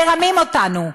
מרמים אותנו,